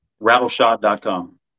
rattleshot.com